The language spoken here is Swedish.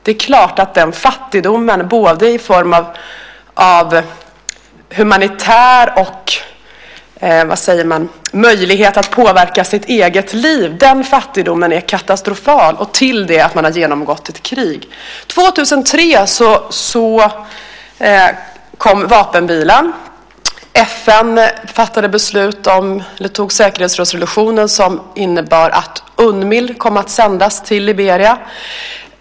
Det är klart att den fattigdomen både humanitärt och när det gäller att påverka det egna livet är katastrofal. Dessutom har man genomgått ett krig. År 2003 kom vapenvilan. FN tog säkerhetsresolutionen som innebar att Unmil kom att sändas till Liberia.